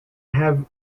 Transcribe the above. have